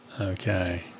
Okay